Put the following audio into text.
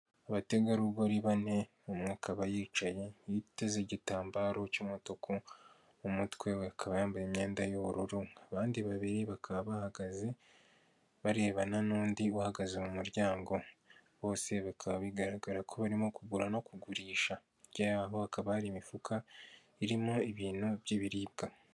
Abategarugori bane umwe akaba yicaye yiteze igitambaro cy'umutuku mu mutwe we, akaba yambaye imyenda y'ubururu. Abandi babiri bakaba bahagaze barebana n'undi uhagaze mu muryango, bose bikaba bigaragara ko barimo kugura no kugurisha, hirya yabo hakaba hari imifuka irimo ibintu by'ibiribwa.